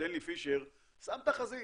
סטנלי פישר, שם תחזית.